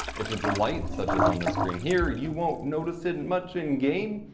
if it's light such as on this screen here, you won't notice it and much in-game,